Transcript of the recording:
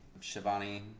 Shivani